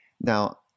now